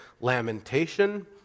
lamentation